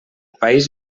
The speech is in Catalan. país